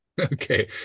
Okay